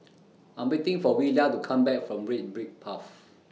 I'm waiting For Willia to Come Back from Red Brick Path